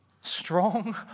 Strong